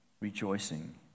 rejoicing